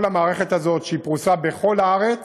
כל המערכת הזאת שפרוסה בכל הארץ.